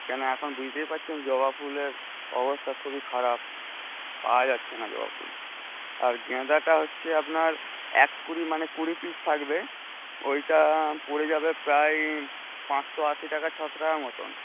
কেন এখন বুঝতেই পারছেন জবা ফুলের অবস্থা খুবই খারাপ পাওয়া যাচ্ছে না জবা ফুল আর গেঁদাটা হচ্ছে আপনার এক কুড়ি মানে কুড়ি পিস থাকবে ওইটা পড়ে যাবে প্রায় পাঁচশো আশি টাকা ছশো টাকার মতোন